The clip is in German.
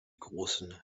großen